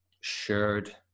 shared